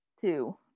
two